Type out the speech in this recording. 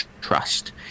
trust